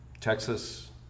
Texas